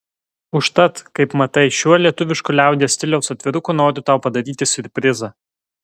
užtat kaip matai šiuo lietuvišku liaudies stiliaus atviruku noriu tau padaryti siurprizą